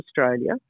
Australia